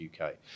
UK